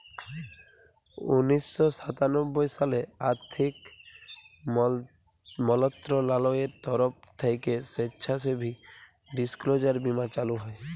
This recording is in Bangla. উনিশ শ সাতানব্বই সালে আথ্থিক মলত্রলালয়ের তরফ থ্যাইকে স্বেচ্ছাসেবী ডিসক্লোজার বীমা চালু হয়